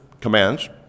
commands